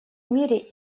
мире